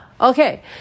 okay